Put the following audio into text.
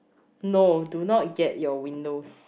no do not get your windows